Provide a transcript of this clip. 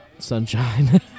sunshine